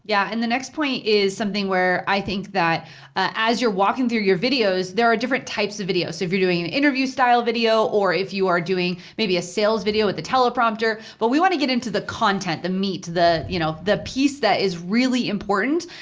yeah, and the next point is something where i think that as you're walking through your videos, there are different types of videos. so if you're doing an interview-style video, or if you are doing maybe a sales video at the teleprompter. but we wanna get into the content, the meat, the you know the piece that is really important.